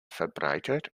verbreitet